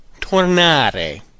Tornare